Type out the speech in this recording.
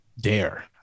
dare